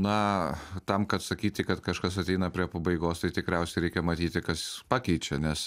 na tam kad sakyti kad kažkas ateina prie pabaigos tai tikriausiai reikia matyti kas pakeičia nes